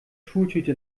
schultüte